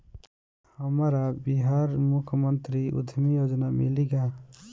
हमरा बिहार मुख्यमंत्री उद्यमी योजना मिली का?